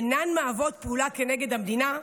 אינן מהוות פעולה כנגד המדינה?